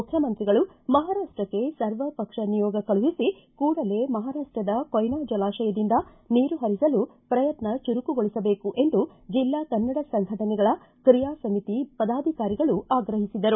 ಮುಖ್ಯಮಂತ್ರಿಗಳು ಮಹಾರಾಷ್ಟಕ್ಕೆ ಸರ್ವಪಕ್ಷ ನಿಯೋಗ ಕಳಿಸಿ ಕೂಡಲೇ ಮಹಾರಾಷ್ಟದ ಕೊಯ್ನಾ ಜಲಾಶಯದಿಂದ ನೀರು ಹರಿಸಲು ಪ್ರಯತ್ನ ಚುರುಕುಗೊಳಸಬೇಕು ಎಂದು ಜಿಲ್ಲಾ ಕನ್ನಡ ಸಂಘಟನೆಗಳ ಕ್ರಿಯಾ ಸಮಿತಿ ಪದಾಧಿಕಾರಿಗಳು ಆಗ್ರಹಿಸಿದರು